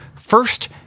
first